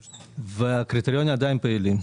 והקריטריונים עדיין פעילים.